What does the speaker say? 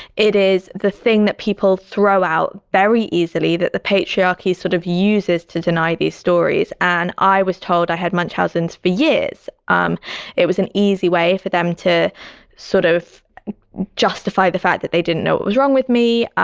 it is the thing that people throw out very easily. that the patriarchy sort of uses to deny these stories. and i was told i had munchausen's for years. um it was an easy way for them to sort of justify the fact that they didn't know what was wrong with me.